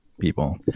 people